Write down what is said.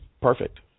perfect